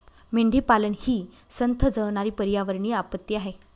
मेंढीपालन ही संथ जळणारी पर्यावरणीय आपत्ती आहे